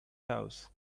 house